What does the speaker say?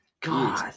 God